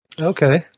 Okay